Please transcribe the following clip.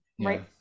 right